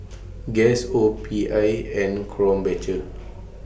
Guess O P I and Krombacher